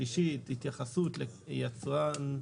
השלישית התייחסות ליצרן,